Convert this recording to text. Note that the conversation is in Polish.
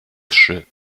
trzy